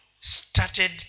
started